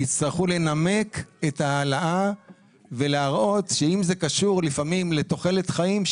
יצטרכו לנמק את ההעלאה ולהראות שאם זה קשור לפעמים לתוחלת חיים,